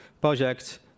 project